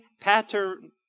pattern